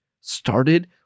started